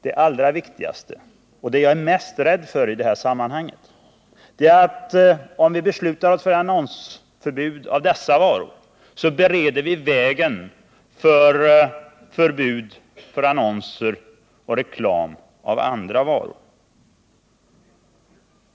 Det allra viktigaste och det jag är mest rädd för i detta sammanhang är att om vi beslutar oss för ett annonsförbud när det gäller dessa varor bereder vi vägen för förbud för annonser och reklam för andra varor.